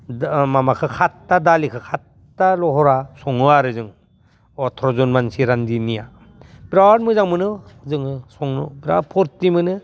माबाखो खात्ता दालिखो खात्ता लहरा सङो आरो जों अथ्र'जन मानसि रान्दिनिया बिराद मोजां मोनो जोङो संनो बिराद फर्ति मोनो